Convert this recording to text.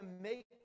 make